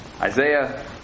Isaiah